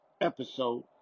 episode